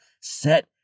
Set